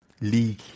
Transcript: league